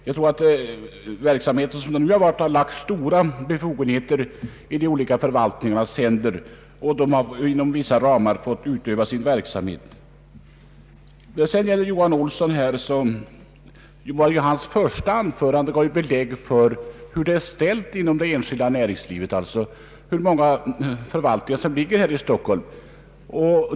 De olika förvaltningarna har fått stora befogenheter, och de får utöva sin verksamhet inom vissa ramar. Herr Johan Olssons första anförande gav ju belägg för hur det är ställt inom det enskilda näringslivet där många förvaltningar har sina huvudkontor i Stockholm.